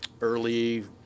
early